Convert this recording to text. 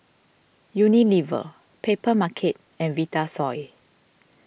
Unilever Papermarket and Vitasoy